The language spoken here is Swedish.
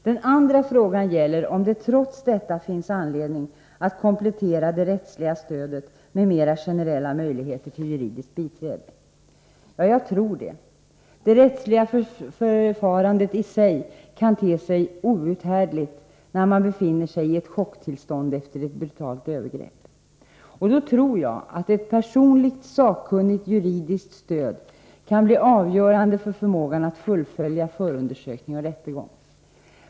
Den andra frågan gäller om det, trots detta, finns anledning att komplettera det rättsliga stödet med mera generella möjligheter till juridiskt biträde. Ja, jag tror det. Det rättsliga förfarandet i sig kan te sig outhärdligt när man befinner sig i ett chocktillstånd efter ett brutalt övergrepp. Då tror jag att ett personligt sakkunnigt juridiskt stöd kan bli avgörande för förmågan att fullfölja förundersökning och rättegång.